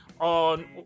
on